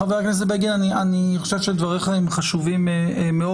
חה"כ בגין, אני חושב שדבריך הם חשובים מאוד.